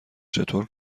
چطور